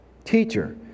Teacher